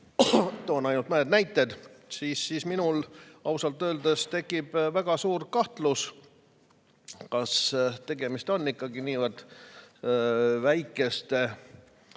toon ainult mõned näited –, siis minul ausalt öeldes tekib väga suur kahtlus, kas on ikkagi tegemist väikeste